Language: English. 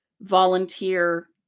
volunteer